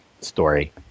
story